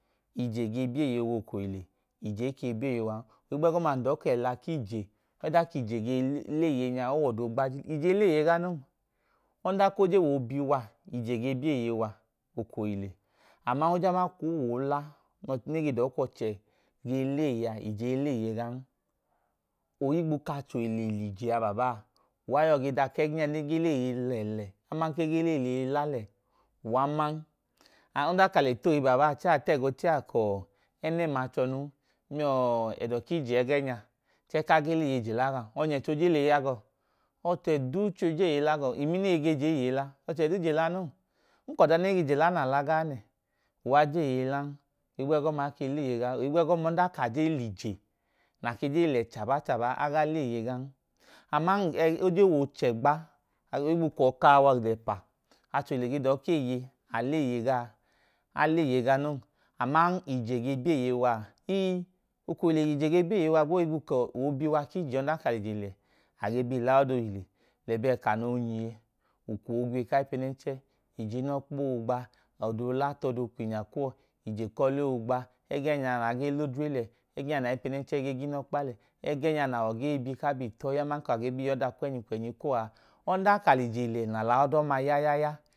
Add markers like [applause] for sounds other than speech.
Ije ge bieeye wa okohile ije kei bieeya wan ohigbeegọma ndọọ kẹ la kije, ọdan k’ije ge leeye nyaa ow’ọdo gbaji. Ije ileeye ga non, onda ko je woo bi waa ije ge bieeye wa okohile aman ojama kuu oola nege dọọ k’ọchẹ ge leeyea, ijee leeye gan ohugbo ka chohile lijea babaa, uwa yọ ge doke genya nege leeye lele aman kege leeye la le uwaa man, an ọnda kai t’oihi baabaa chee ai tẹẹg’oochee adọọ kọọ ẹnẹm achonum miọọ ẹdo̱k’ije ẹgẹnya chẹẹ kaa ge leeye jela gam, onye chẹ jeeye la gọọ ọchẹ duu chẹ jeeye la gọọn. Imi nege jeeye la? Ọchẹ duu ije lanon. Nkọda nege jela na la gaa ne, uwa jeeye lan ohigbegọma ake leeya gan. Ohugbegọma ọnda ka jen lije nakejei le chaba chaba, a leeye gan aman ogee woo chẹgba [unintelligible] achohile ge dọọ keeye aleeye ga? Aleeye ga non aman ije ge bieeye wa ii okohile ije ge bieeye wa gboo ohigbu kọọ oobiwa k’ijea ọdan ka lije le age bi ilaọda ohile lẹbẹẹ kanọ onyiye, ukwọ ogwiye kaipe nẹnchẹ, ijenọkpa ogba, ọdo la t’ọdọkwinga kuwo, ije kọle ogba, ẹgẹ nyaa naa ge l’odre lẹ, ẹgẹnya naipẹ nẹnchẹ ge ginokpa le, egẹnya nawo ge bi kabi itọhi aman ka ge bi yọda kwẹnyi kwẹnyi kuwọ a. Ọnda ko lije le na laọ dọma yaya ya.